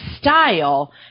style